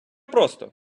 просто